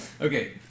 Okay